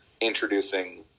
introducing